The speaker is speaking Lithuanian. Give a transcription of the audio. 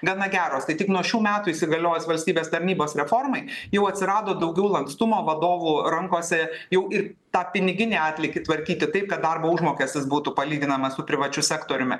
gana geros tai tik nuo šių metų įsigaliojus valstybės tarnybos reformai jau atsirado daugiau lankstumo vadovų rankose jau ir tą piniginį atlygį tvarkyti taip kad darbo užmokestis būtų palyginamas su privačiu sektoriumi